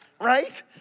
Right